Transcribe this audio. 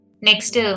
Next